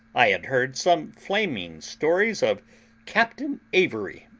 i had heard some flaming stories of captain avery,